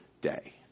day